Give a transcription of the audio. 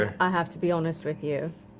i have to be honest with you.